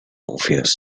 obvious